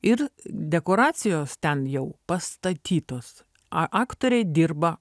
ir dekoracijos ten jau pastatytos a aktoriai dirba